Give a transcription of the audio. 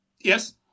Yes